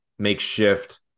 Makeshift